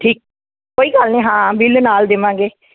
ਠੀਕ ਕੋਈ ਗੱਲ ਨਹੀਂ ਹਾਂ ਬਿੱਲ ਨਾਲ ਦੇਵਾਂਗੇ